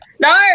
No